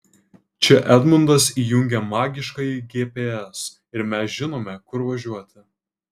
čia edmundas įjungia magiškąjį gps ir mes žinome kur važiuoti